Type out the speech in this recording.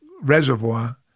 reservoir